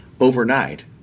overnight